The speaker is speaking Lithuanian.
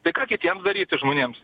tai ką kitiems daryti žmonėms